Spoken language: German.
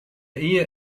ehe